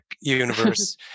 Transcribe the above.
universe